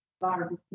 barbecue